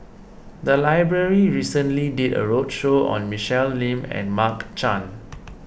the library recently did a roadshow on Michelle Lim and Mark Chan